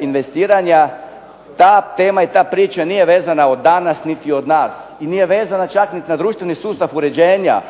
investiranja, ta priča i tema nije vezana oda nas niti od nas nije vezana čak niti na društveni sustav uređenja,